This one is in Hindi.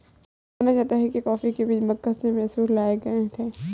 माना जाता है कि कॉफी के बीज मक्का से मैसूर लाए गए थे